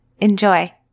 Enjoy